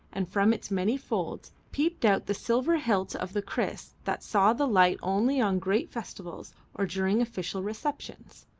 and from its many folds peeped out the silver hilt of the kriss that saw the light only on great festivals or during official receptions.